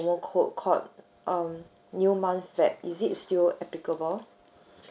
promo code called um new month feb is it still applicable